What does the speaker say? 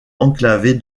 enclavée